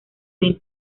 bien